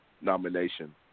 nomination